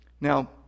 Now